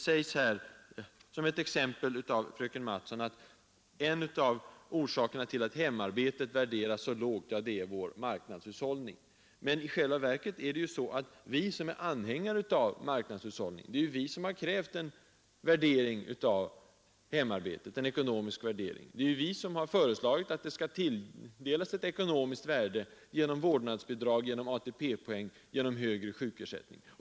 Fröken Mattson nämner, för att ta ett exempel, att orsaken till att hemarbetet värderas så lågt är vår marknadshushållning. Men i själva verket är det ju vi, som är anhängare av marknadshushållningen, som har krävt en ekonomisk värdering av hemarbetet. Det är vi som har föreslagit att det skall tilldelas ett ekonomiskt värde genom vårdnadsbidrag, ATP-poäng och högre sjukersättning.